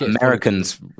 americans